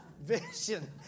vision